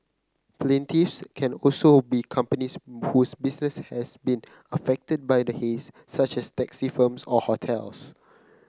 plaintiffs can also be companies whose business has been affected by the haze such as taxi firms or hotels